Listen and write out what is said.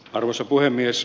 arvoisa puhemies